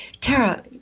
Tara